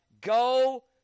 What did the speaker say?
go